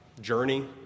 journey